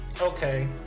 okay